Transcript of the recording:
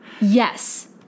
Yes